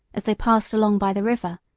as they passed along by the river,